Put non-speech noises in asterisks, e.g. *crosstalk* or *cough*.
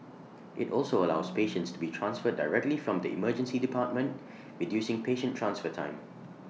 IT also allows patients to be transferred directly from the Emergency Department *noise* reducing patient transfer time